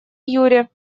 юре